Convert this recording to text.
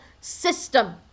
system